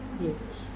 yes